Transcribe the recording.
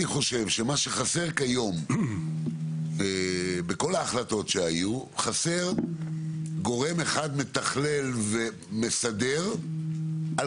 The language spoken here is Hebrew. אני חושב שמה שחסר כיום בכול ההחלטות שהיו זה גורם אחד מתכלל ומסדר על